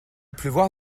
pleuvoir